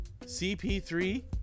CP3